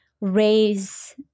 raise